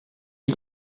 die